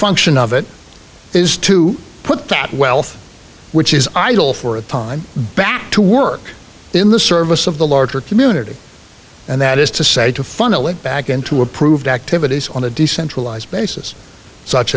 function of it is to put that wealth which is idle for a time back to work in the service of the larger community and that is to say to funnel it back into approved activities on a decentralized basis such